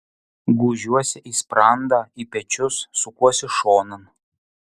gūžiuosi į sprandą į pečius sukuosi šonan